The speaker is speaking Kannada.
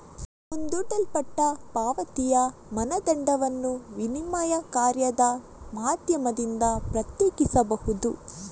ಮುಂದೂಡಲ್ಪಟ್ಟ ಪಾವತಿಯ ಮಾನದಂಡವನ್ನು ವಿನಿಮಯ ಕಾರ್ಯದ ಮಾಧ್ಯಮದಿಂದ ಪ್ರತ್ಯೇಕಿಸಬಹುದು